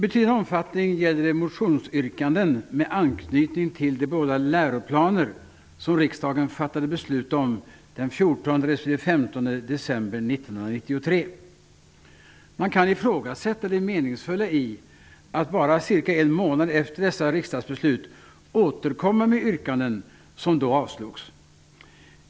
I betydande omfattning gäller det motionsyrkanden med anknytning till de båda läroplaner som riksdagen fattade beslut om den 14 respektive 15 december 1993. Man kan ifrågasätta det meningsfulla i att bara cirka en månad efter dessa riksdagsbeslut återkomma med de yrkanden som då avslogs.